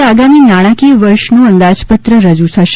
આજે આગામી નાણાકીય વર્ષનું અંદાજપત્ર રજૂ થશે